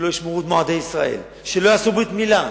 שלא ישמרו מועדי ישראל, שלא יעשו ברית-מילה,